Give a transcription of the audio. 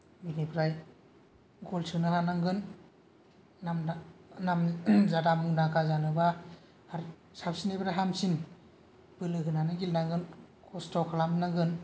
बिनिफ्राय गल सोनो हानांगोन नाम नाम जादा मुंदांखा जानोबा आरो साबसिन्निफ्राय हामसिन बोलो होनानै गेलेनांगोन खस्त' खालामनांगोन